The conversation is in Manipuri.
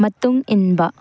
ꯃꯇꯨꯡ ꯏꯟꯕ